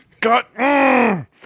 god